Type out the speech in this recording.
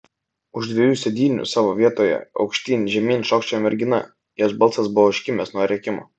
už dviejų sėdynių savo vietoje aukštyn žemyn šokčiojo mergina jos balsas buvo užkimęs nuo rėkimo